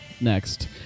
next